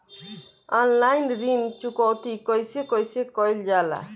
Online ऋण चुकौती कइसे कइसे कइल जाला?